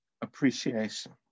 appreciation